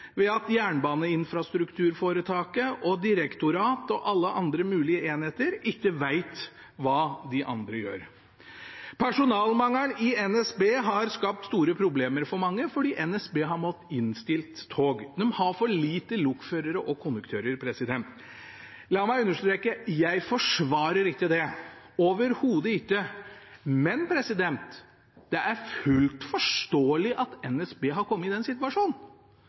ved at Jernbaneinfrastrukturforetaket og direktorat og alle andre mulige enheter ikke vet hva de andre gjør. Personalmangelen i NSB har skapt store problemer for mange fordi NSB har måttet innstille tog. De har for lite lokførere og konduktører. La meg understreke: Jeg forsvarer ikke det, overhodet ikke. Men det er fullt forståelig at NSB har kommet i den situasjonen,